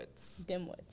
Dimwits